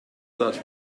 such